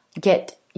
get